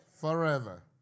forever